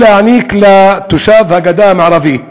הוא להעניק לתושב הגדה המערבית